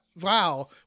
wow